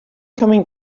coming